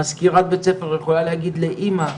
מזכירת בית ספר יכולה להגיד לאמא,